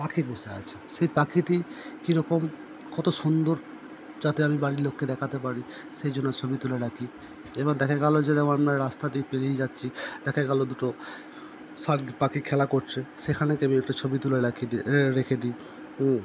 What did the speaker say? পাখি বসে আছে সেই পাখিটি কিরকম কতো সুন্দর যাতে আমি বাড়ির লোককে দেখাতে পারি সেই জন্য ছবি তুলে রাখি এবার দেখা গেলো আপনার রাস্তা দিয়ে পেরিয়ে যাচ্ছি দেখা গেলো দুটো পাখি খেলা করছে সেখানে আমি একটা ছবি তুলে রাখি রেখে দিই হুম